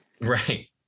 Right